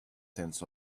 tenths